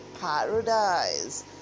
paradise